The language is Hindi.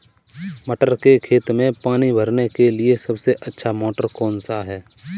मटर के खेत में पानी भरने के लिए सबसे अच्छा मोटर कौन सा है?